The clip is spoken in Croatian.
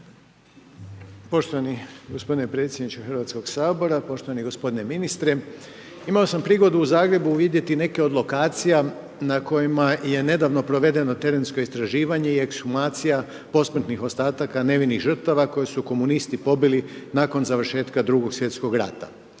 Poštovani gospodine predsjedniče Hrvatskog sabora, poštovani gospodine ministre. Imao sam prigodu u Zagrebu vidjeti neke od lokacija na kojima je nedavno provedeno terensko istraživanje i ekshumacija posmrtnih ostataka nevinih žrtava koje su komunisti pobili nakon završetka 2. svjetskog rata.